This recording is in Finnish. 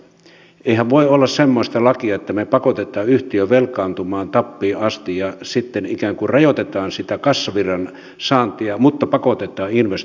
eihän voi olla semmoista lakia että me pakotamme yhtiön velkaantumaan tappiin asti ja sitten ikään kuin rajoitetaan sitä kassavirran saantia mutta pakotetaan investoimaan